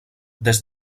des